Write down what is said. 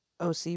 OC